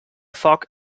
foc